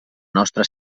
nostra